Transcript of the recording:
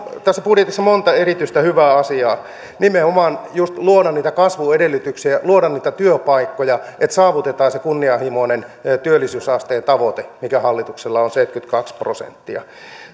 tässä budjetissa monta erityistä hyvää asiaa nimenomaan just luonut niitä kasvun edellytyksiä ja luonut niitä työpaikkoja niin että saavutetaan se kunnianhimoinen työllisyysasteen tavoite mikä hallituksella on seitsemänkymmentäkaksi prosenttia